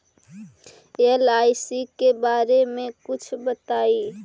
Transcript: LIC के बारे मे कुछ बताई?